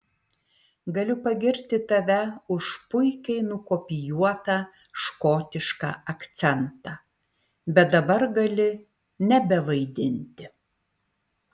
galiu pagirti tave už puikiai nukopijuotą škotišką akcentą bet dabar gali nebevaidinti